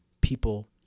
people